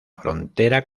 frontera